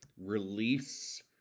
release